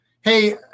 Hey